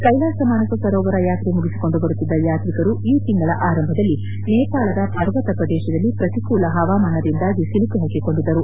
ಕೈಲಾಸ ಮಾನಸ ಸರೋವರ ಯಾತ್ರೆ ಮುಗಿಸಿಕೊಂಡು ಬರುತ್ತಿದ್ದ ಯಾತ್ರಿಕರು ಈ ತಿಂಗಳ ಆರಂಭದಲ್ಲಿ ನೇಪಾಳದ ಪರ್ವತ ಪ್ರದೇಶದಲ್ಲಿ ಪ್ರತಿಕೂಲ ಹವಾಮಾನದಿಂದಾಗಿ ಸಿಲುಕಿಹಾಕಿಕೊಂಡಿದ್ದರು